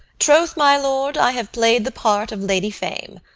troth, my lord, i have played the part of lady fame.